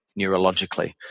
neurologically